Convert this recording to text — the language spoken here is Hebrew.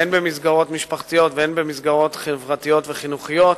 הן במסגרות משפחתיות והן במסגרות חברתיות וחינוכיות,